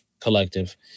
collective